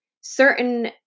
certain